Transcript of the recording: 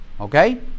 Okay